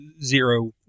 zero